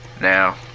now